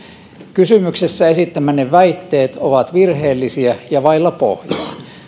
kysymyksessä esittämänne väitteet ovat virheellisiä ja vailla pohjaa